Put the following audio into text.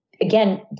again